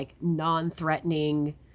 non-threatening